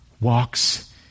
walks